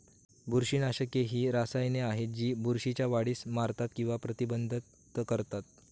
बुरशीनाशके ही रसायने आहेत जी बुरशीच्या वाढीस मारतात किंवा प्रतिबंधित करतात